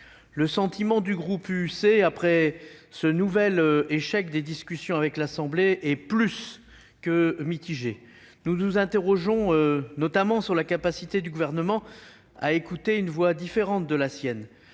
Le sentiment du groupe Union Centriste, après ce nouvel échec des discussions avec l'Assemblée nationale, est plus que mitigé. Nous nous interrogeons notamment sur la capacité du Gouvernement à écouter une voix différente de la sienne.